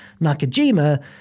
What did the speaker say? Nakajima